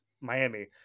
Miami